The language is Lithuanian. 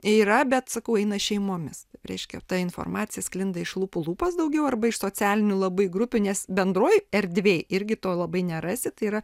yra bet sakau eina šeimomis reiškia ta informacija sklinda iš lūpų lūpas daugiau arba iš socialinių labai grupinės bendroj erdvėj irgi to labai nerasi tai yra